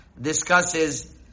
discusses